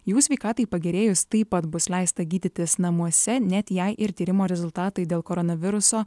jų sveikatai pagerėjus taip pat bus leista gydytis namuose net jei ir tyrimo rezultatai dėl koronaviruso